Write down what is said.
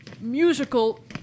musical